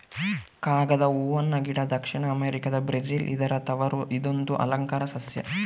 ಕಾಗದ ಹೂವನ ಗಿಡ ದಕ್ಷಿಣ ಅಮೆರಿಕಾದ ಬ್ರೆಜಿಲ್ ಇದರ ತವರು ಇದೊಂದು ಅಲಂಕಾರ ಸಸ್ಯ